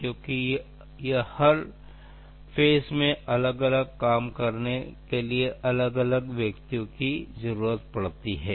कारण यह है कि हर चरण में उस चरण में काम करने वाले लोग अलग अलग होते हैं